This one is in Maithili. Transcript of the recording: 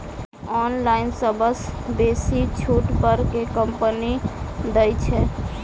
ऑनलाइन सबसँ बेसी छुट पर केँ कंपनी दइ छै?